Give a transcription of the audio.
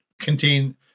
contain